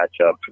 matchup